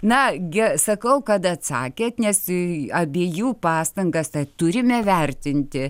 na ge sakau kad atsakėt nes i abiejų pastangas turime vertinti